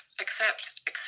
accept